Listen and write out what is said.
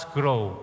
grow